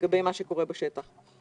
לגבי מה שקורה בשטח.